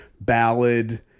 ballad